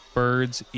birds